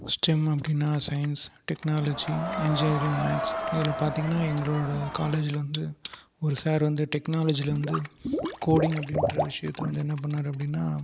stem அப்படின்னா science technology engineering maths இதில் பார்த்தீங்கன்னா எங்களோடய காலேஜில் வந்து ஒரு சார் வந்து டெக்னாலஜியில் வந்து கோடிங் அப்படிங்ற விஷயத்தை வந்து என்ன பண்ணினார் அப்படின்னால்